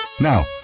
Now